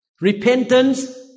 Repentance